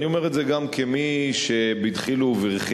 אני אומר את זה גם כמי שבדחילו ורחימו